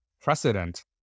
precedent